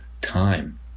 time